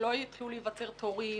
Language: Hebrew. שלא יתחיל להיווצר תורים,